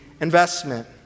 investment